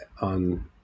on